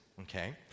Okay